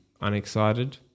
unexcited